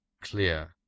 Clear